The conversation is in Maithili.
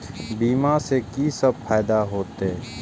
बीमा से की सब फायदा होते?